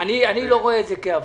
אני לא רואה את זה כעוולה.